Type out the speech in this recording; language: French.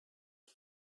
est